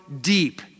deep